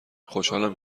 خوشحالم